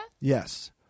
Yes